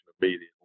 immediately